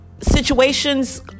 situations